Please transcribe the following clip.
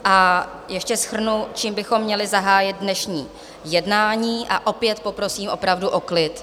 A ještě shrnu, čím bychom měli zahájit dnešní jednání, a opět poprosím opravdu o klid.